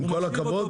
עם כל הכבוד,